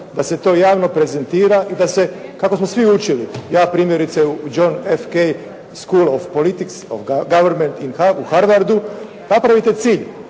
da se to javno prezentira i da se kako smo svi učili, ja primjerice u JFK school of politics in governent u Harwardu napravite cilj